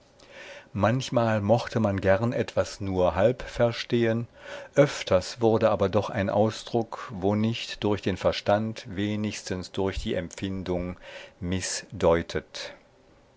manchmal mochte man gern etwas nur halb verstehen öfters wurde aber doch ein ausdruck wo nicht durch den verstand wenigstens durch die empfindung mißdeutet